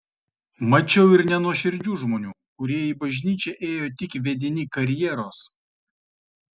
mačiau ir nenuoširdžių žmonių kurie į bažnyčią ėjo tik vedini karjeros